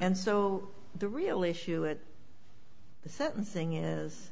and so the real issue in the sentencing is